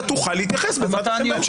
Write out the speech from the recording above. אתה תוכל להתייחס, בוודאי בהמשך.